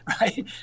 Right